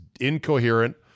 incoherent